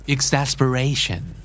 Exasperation